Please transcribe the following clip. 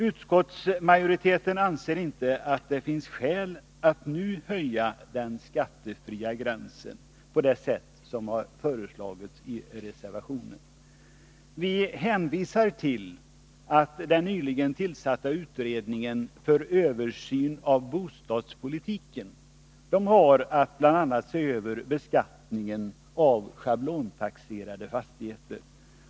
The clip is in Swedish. Utskottsmajoriteten anser inte att det finns skäl att nu höja den skattefria gränsen på det sätt som föreslagits i reservationen. Vi hänvisar till att den nyligen tillsatta utredningen för översyn av bostadspolitiken har att bl.a. se över beskattningen av schablontaxerade fastigheter.